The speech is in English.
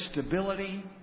stability